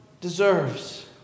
deserves